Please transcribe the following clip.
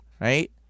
right